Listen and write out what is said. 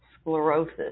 sclerosis